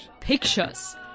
Pictures